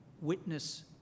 witness